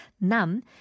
Nam